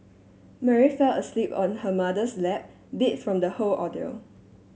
Mary fell asleep on her mother's lap beat from the whole ordeal